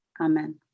Amen